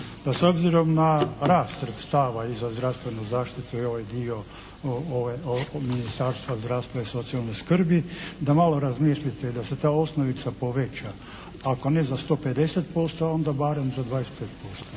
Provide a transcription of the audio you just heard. da s obzirom na rast sredstava i za zdravstvenu zaštitu i ovaj dio Ministarstva zdravstva i socijalne skrbi da malo razmislite i da se ta osnovica poveća ako ne za 150% onda barem za 25%,